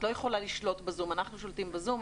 את לא יכולה לשלוט ב-זום אלא אנחנו שולטים בו.